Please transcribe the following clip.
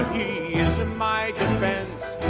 he is my defense,